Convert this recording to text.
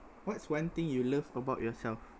what's one thing you love about yourself